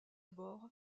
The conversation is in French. bord